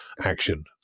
action